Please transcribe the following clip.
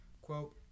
quote